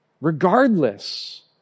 Regardless